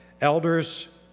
Elders